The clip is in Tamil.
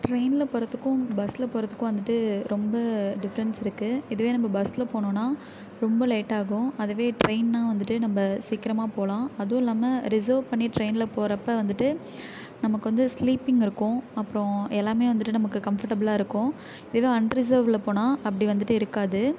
ட்ரெயினில் போகிறதுக்கும் பஸ்ஸில் போகறதுக்கும் வந்துட்டு ரொம்ப டிஃபரென்ஸ் இருக்குது இதுவே நம்ப பஸ்ஸில் போனோன்னால் ரொம்ப லேட்டாகும் அதுவே ட்ரெயின்னால் வந்துட்டு நம்ப சீக்கிரமாக போலாம் அது இல்லாமல் ரிசர்வ் பண்ணி ட்ரெயினில் போகிறப்ப வந்துட்டு நமக்கு வந்து ஸ்லீப்பிங் இருக்குது அப்றம் எல்லாமே வந்துட்டு நமக்கு கம்ஃபோர்ட்டபிள்ளா இருக்குது இதே அன்ரிசர்வில் போனால் அப்படி வந்துட்டு இருக்காது